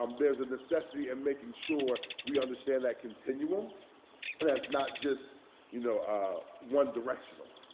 um there's a necessity in making sure we understand that continuum but as not just you know ah one directional.